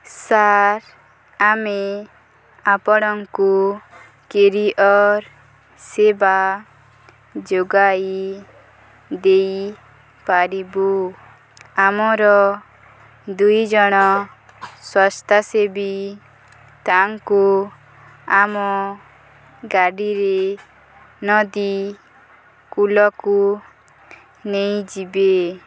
sir ଆମେ ଆପଣଙ୍କୁ courier ସେବା ଯୋଗାଇ ଦେଇପାରିବୁ ଆମର ଦୁଇଜଣ ସ୍ୱାସ୍ଥ୍ୟସେବୀକାଙ୍କୁ ଆମ ଗାଡ଼ିରେ ନଦୀ କୁଳକୁ ନେଇଯିବେ